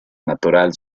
natural